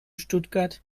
stuttgart